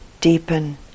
deepen